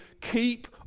keep